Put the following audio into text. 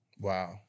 Wow